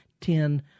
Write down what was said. ten